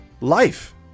life